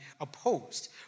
opposed